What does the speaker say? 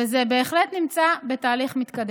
וזה בהחלט נמצא בתהליך מתקדם.